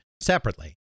separately